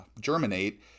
germinate